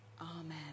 Amen